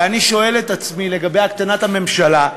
ואני שואל את עצמי לגבי הקטנת הממשלה: